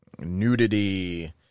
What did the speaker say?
Nudity